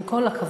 עם כל הכבוד,